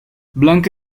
blanca